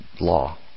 law